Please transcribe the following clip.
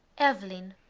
eveline.